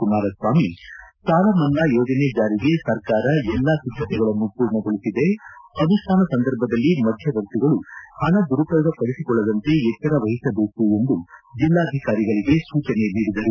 ಕುಮಾರ ಸ್ವಾಮಿ ಸಾಲಮನ್ನಾ ಯೋಜನೆ ಜಾರಿಗೆ ಸರ್ಕಾರ ಎಲ್ಲಾ ಸಿದ್ದತೆಗಳನ್ನು ಪೂರ್ಣಗೊಳಿಸಿದೆ ಅನುಷ್ಠಾನ ಸಂದರ್ಭದಲ್ಲಿ ಮಧ್ಯವರ್ತಿಗಳು ಹಣ ದುರುಪಯೋಗಪಡಿಸಿಕೊಳ್ಳದಂತೆ ಎಚ್ವರವಹಿಸಬೇಕು ಎಂದು ಜಿಲ್ಲಾಧಿಕಾರಿಗಳಿಗೆ ಸೂಚನೆ ನೀಡಿದರು